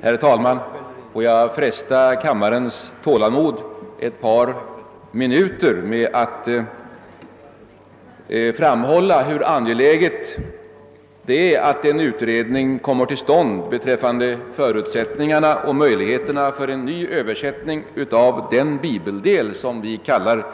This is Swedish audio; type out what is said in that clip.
Herr talman! Jag tar mig friheten fresta kammarens tålamod ett par mi nuter med att framhålla angelägenheten av att en utredning om förutsättningarna och möjligheterna för en ny översättning av den del av Bibeln som vi kallar